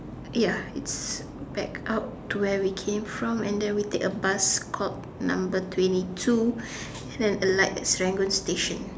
ya it's back out to where we came from and then we take a bus called number twenty two and then alight at Serangoon station